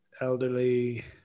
elderly